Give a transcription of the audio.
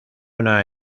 una